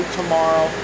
tomorrow